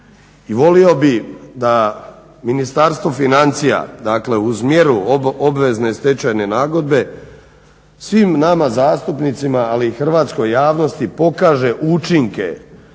I volio bi da Ministarstvo financija, dakle uz mjeru obvezne stečajne nagodbe svim nama zastupnicima, ali i hrvatskoj javnosti pokaže učinke